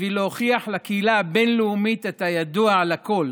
בשביל להוכיח לקהילה הבין-לאומית את הידוע לכול,